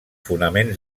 fonaments